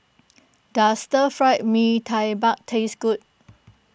does Stir Fried Mee Tai Mak taste good